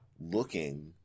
looking